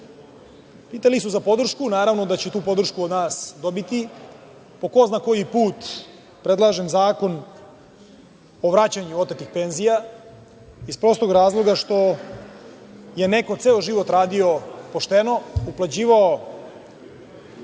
su za podršku. Naravno da će tu podršku od nas dobiti. Po ko zna koji put predlažem zakon o vraćanju otetih penzija iz razloga što je neko ceo život radio pošteno, uplaćivao